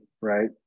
right